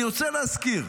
אני רוצה להזכיר: